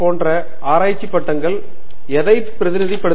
போன்ற ஆராய்ச்சி பட்டங்கள் எதை பிரதிநிதி படுத்துகிறது